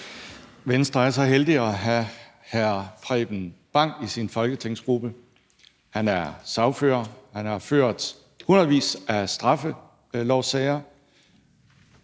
Venstre er så heldige at have hr. Preben Bang Henriksen i sin folketingsgruppe. Han er sagfører, han har ført hundredvis af straffelovssager,